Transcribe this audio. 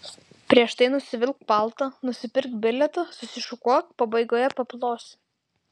prieš tai nusivilk paltą nusipirk bilietą susišukuok pabaigoje paplosi